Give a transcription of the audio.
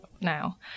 now